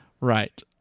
Right